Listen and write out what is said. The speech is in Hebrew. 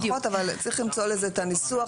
צריך למצוא לזה את הניסוח,